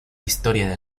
historia